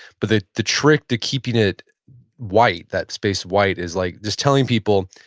but the the trick to keeping it white, that space white is like just telling people,